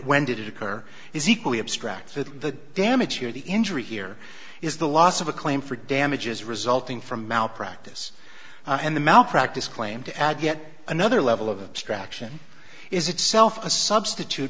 when did it occur is equally abstracted the damage here the injury here is the loss of a claim for damages resulting from malpractise and the malpractise claim to add yet another level of abstraction is itself a substitute